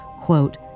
quote